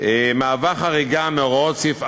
מהווה חריגה מהוראות סעיף 4(א)